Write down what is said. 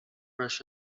rush